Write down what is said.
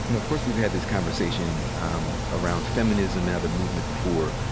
and of course we've had this conversation um around feminism and other movements before,